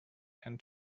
and